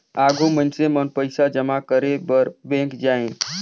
आघु मइनसे मन पइसा जमा करे बर बेंक जाएं